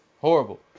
horrible